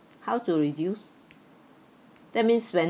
how to reduce that means when